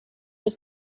was